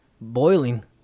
boiling